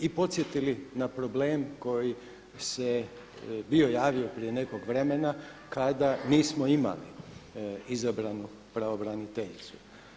I podsjetili na problem koji se bio javio prije nekog vremena kada nismo imali izabranu pravobraniteljicu.